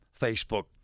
Facebook